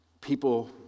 people